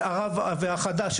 והחדש,